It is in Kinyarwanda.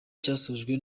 cyasojwe